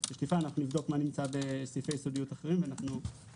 נבדוק מה נמצא בסעיפי סודיות אחרים ונעדכן,